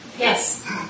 Yes